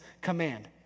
command